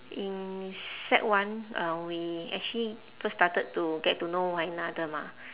in sec one uh we actually first started to get to know one another mah